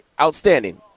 outstanding